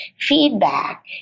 feedback